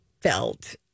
felt